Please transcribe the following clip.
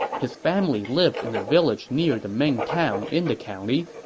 his family lived in a village near the main town in the county.